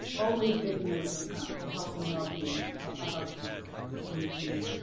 always taking into account the health and well-being of our students and the community.